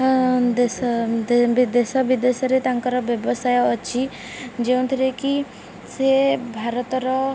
ଦେଶ ଦେଶ ବିଦେଶରେ ତାଙ୍କର ବ୍ୟବସାୟ ଅଛି ଯେଉଁଥିରେ କି ସେ ଭାରତର